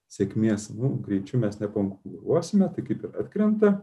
sėkmės nu greičiu mes nekonkuruosime tai kaip ir atkrenta